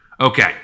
Okay